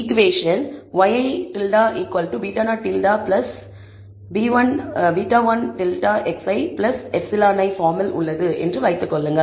equation ŷi β̂0 β̂1 xi εi பார்மில் உள்ளது என்று வைத்துக் கொள்ளுங்கள்